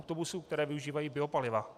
Autobusů, které využívají biopaliva.